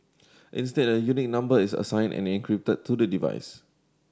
instead a unique number is assigned and encrypted to the device